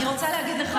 להודיה,